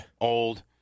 old